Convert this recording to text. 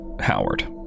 Howard